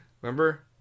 Remember